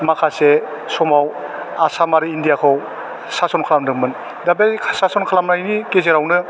माखासे समाव आसाम आरो इण्डियाखौ सासन खालामदोंमोन दा बै सासन खालामनायनि गेजेरावनो